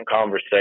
conversation